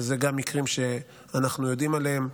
שאלה גם מקרים שאנחנו יודעים עליהם,